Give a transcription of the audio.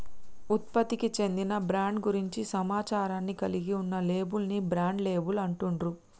ఉత్పత్తికి చెందిన బ్రాండ్ గురించి సమాచారాన్ని కలిగి ఉన్న లేబుల్ ని బ్రాండ్ లేబుల్ అంటుండ్రు